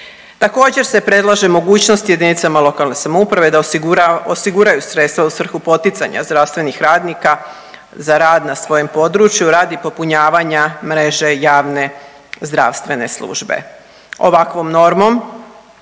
Također se predlaže mogućnost jedinicama lokalne samouprave da osigura, osiguraju sredstva u svrhu poticanja zdravstvenih radnika za rad na svojem području radi popunjavanja mreže javne zdravstvene službe. Ovakvom normom